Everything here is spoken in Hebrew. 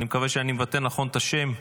אני מקווה שאני מבטא נכון את השם.